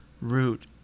root